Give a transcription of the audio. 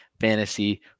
fantasy